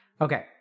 Okay